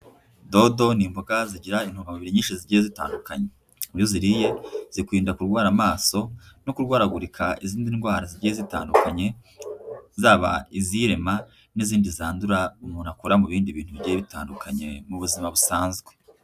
Dodo ni imboga zigira intungabiri nyinshi zigiye zitandukanye, iyo uziriye zikurinda kurwara amaso no kurwaragurika izindi ndwara zigiye zitandukanye zaba izirema n'izindi zandura umuntu akura mu bindi bintu bigiye bitandukanye mu buzima busanzwe.